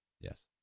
Yes